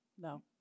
No